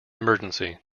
emergency